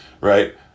Right